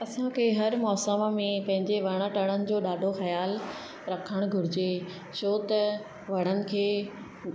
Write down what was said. असांखे हर मौसम में पंहिंजे वण टणनि जो ॾाढो ख़्याल रखणु घुर्जे छो त वणनि खे